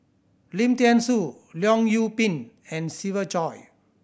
Lim Thean Soo Leong Yoon Pin and Siva Choy